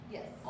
Yes